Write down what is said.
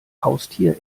haustier